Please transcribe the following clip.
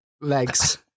legs